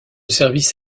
service